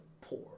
poor